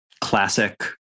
classic